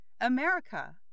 America